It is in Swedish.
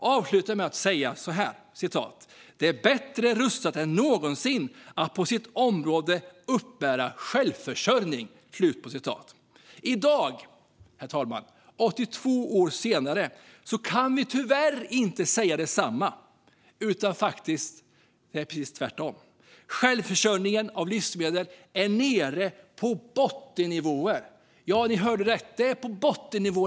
Han avslutade med att säga: "Det är bättre rustat än någonsin att på sitt område uppbära självförsörjningen." I dag, herr talman, 82 år senare, kan vi tyvärr inte säga detsamma, utan det är faktiskt precis tvärtom. Självförsörjningen av livsmedel är nere på bottennivåer. Ja, ni hörde rätt, bottennivåer!